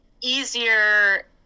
easier